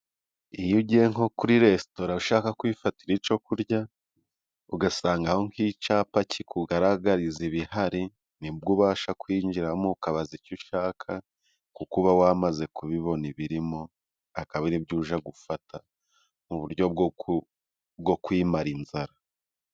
Iyo ugiye nko kuri resitora ushaka kwifatira icyo kurya, ugasanga aho icyapa kikugaragariza ibihari, nibwo ubasha kwinjiramo ukabaza icyo ushaka, kuko uba wamaze kubibona ibirimo, akaba aribyo ujya gufata mu buryo bwo kwimara inzara.